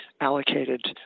Allocated